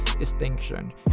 extinction